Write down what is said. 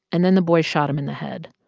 and then the boy shot him in the head.